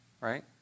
right